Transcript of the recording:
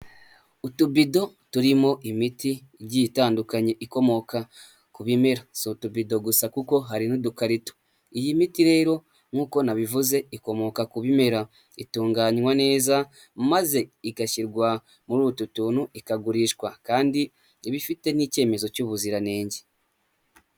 Utubido turimo imiti igiye itandukanye ikomoka ku bimera si utubido gusa kuko hari n'udukarito, iyi miti rero nk'uko nabivuze ikomoka ku bimera itunganywa neza maze igashyirwa muri utu tuntu ikagurishwa kandi ibifite n'icyemezo cy'ubuziranenge.